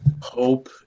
hope